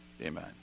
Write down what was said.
Amen